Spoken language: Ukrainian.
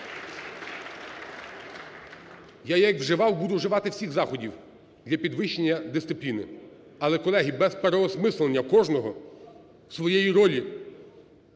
Я, як і вживав, буду вживати всіх заходів для підвищення дисципліни. Але, колеги, без переосмислення кожного своєї ролі